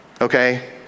Okay